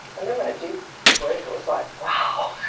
and then when it did work it was like, wow!